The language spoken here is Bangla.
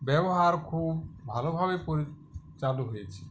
ব্যবহার খুব ভালোভাবে করে চালু হয়েছে